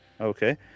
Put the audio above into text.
Okay